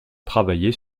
travaillait